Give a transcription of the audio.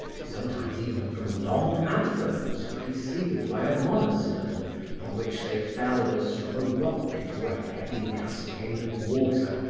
sometimes even from long adverbs preceded by a monosyllable from which they fell as from a rock into a heavy cascade of water,